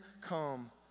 come